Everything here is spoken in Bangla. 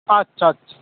আচ্ছা আচ্ছা